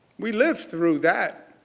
we lived through that.